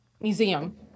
museum